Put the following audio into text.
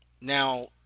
Now